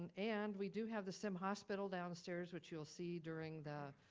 and and we do have the sim hospital down the stairs which you'll see during the